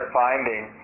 finding